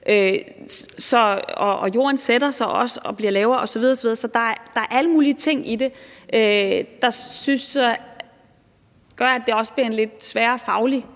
og jorden sætter sig også og bliver lavere osv. osv. Så der er alle mulige ting i det, som jeg synes gør, at det bliver en lidt sværere faglig